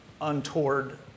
untoward